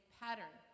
pattern